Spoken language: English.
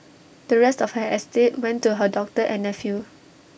the rest of her estate went to her doctor and nephew